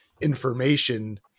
information